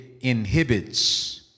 inhibits